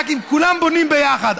רק אם כולם בונים ביחד.